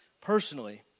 personally